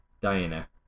Diana